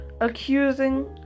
Accusing